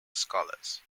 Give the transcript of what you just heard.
scholars